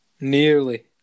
nearly